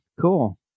Cool